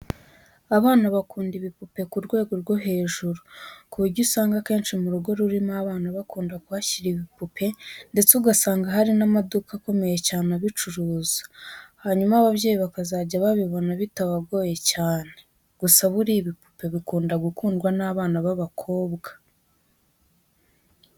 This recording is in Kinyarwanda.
Abana bakunda ibipupe ku rwego rwo hejuru ku buryo usanga akenshi mu rugo rurimo abana bakunda kuhashyira ibipupe ndetse ugasanga hari n'amaduka akomeye cyane abicuruza, hanyuma ababyeyi bakazajya babibona bitabagoye cyane. Gusa buriya ibipupe bikunda gukundwa n'abana b'abakobwa.